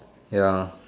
ya